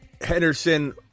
Henderson